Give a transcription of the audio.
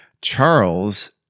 Charles